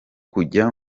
kujya